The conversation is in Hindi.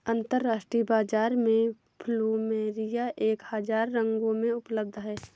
अंतरराष्ट्रीय बाजार में प्लुमेरिया एक हजार रंगों में उपलब्ध हैं